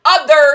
Others